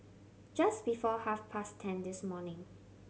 just before half past ten this morning